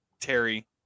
terry